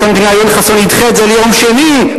המדינה יואל חסון ידחה את זה ליום שני,